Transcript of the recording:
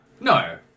No